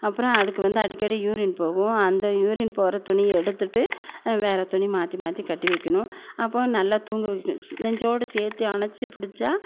அப்புறோம் அதுக்கு வந்து அடிக்கடி யூரின் போகும் அந்த யூரின் போகிற துணியை எடுத்துவிட்டு வேறு துணி மாற்றி மாற்றி கட்டி வைக்கணும் அப்புறோம் நல்லா தூங்க வைக்கணும் நெஞ்சோடு சேர்த்து அணைச்சி பிடிச்சா